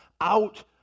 out